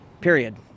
Period